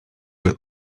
will